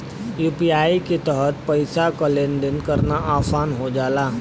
UPI के तहत पइसा क लेन देन करना आसान हो जाला